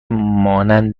مانند